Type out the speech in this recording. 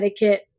etiquette